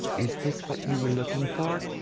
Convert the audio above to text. is this what you were looking for?